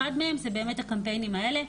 אחד מהם זה הקמפיינים האלה.